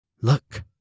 Look